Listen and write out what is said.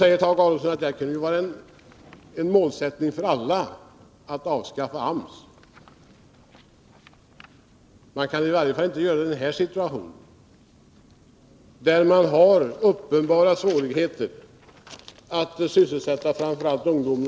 Tage Adolfsson säger att det kan vara en målsättning för alla att avskaffa AMS. Vi kanii varje fall inte göra det i dagens situation, när vi har uppenbara svårigheter att sysselsätta framför allt ungdomen.